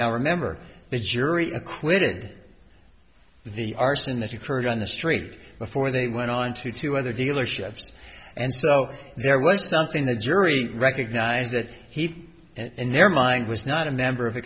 now remember the jury acquitted the arson that occurred on the street before they went onto to other dealerships and so there was something the jury recognized that he in their mind was not a member of a